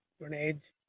grenades